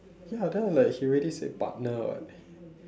ya then I'm like he already said partner [what]